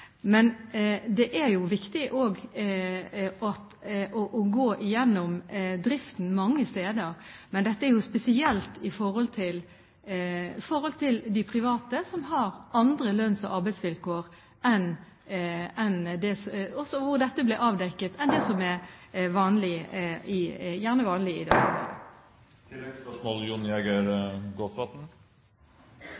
Det er viktig å gå gjennom driften mange steder, men dette er jo spesielt i forhold til de private hvor det blir avdekket at man har andre lønns- og arbeidsvilkår enn det som gjerne er vanlig i dag. Jon Jæger Gåsvatn – til oppfølgingsspørsmål. Oslo kommune har sagt opp avtalen med Adecco, som